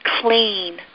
clean